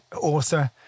author